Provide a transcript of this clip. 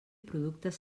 productes